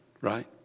right